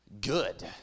Good